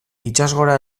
itsasgora